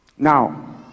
Now